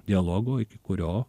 dialogo iki kurio